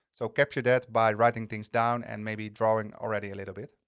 so capture that by writing things down and maybe drawing already a little bit.